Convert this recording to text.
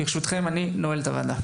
ברשותכם, אני נועל את הישיבה.